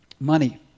money